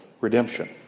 redemption